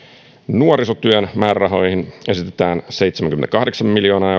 nuorisotyön määrärahoihin esitetään seitsemänkymmentäkahdeksan